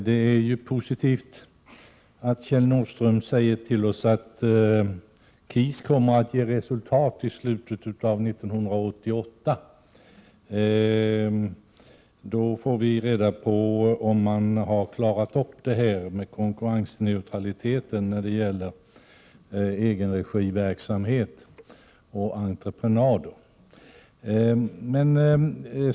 Herr talman! Det var positivt att Kjell Nordström sade att KIS kommer att ge resultat i slutet av 1988. Då får vi reda på om man har klarat upp problemen med konkurrensneutraliteten när det gäller offentlig egenregiverksamhet och entreprenader.